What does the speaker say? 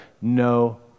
No